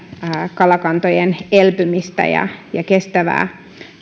kalakantojen elpymistä ja ja kestävää